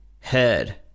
Head